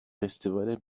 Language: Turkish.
festivale